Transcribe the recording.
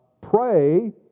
pray